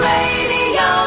Radio